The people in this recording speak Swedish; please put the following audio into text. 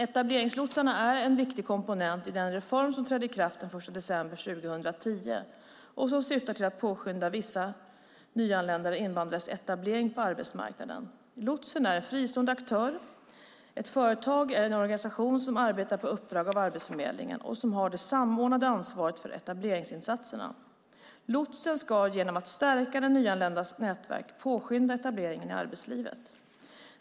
Etableringslotsarna är en viktig komponent i den reform som trädde i kraft den 1 december 2010 och som syftar till att påskynda vissa nyanlända invandrares etablering på arbetsmarknaden. Lotsen är en fristående aktör, ett företag eller en organisation, som arbetar på uppdrag av Arbetsförmedlingen och som har det samordnade ansvaret för etableringsinsatserna. Lotsen ska genom att stärka den nyanländas nätverk påskynda etableringen i arbetslivet.